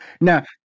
Now